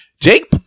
Jake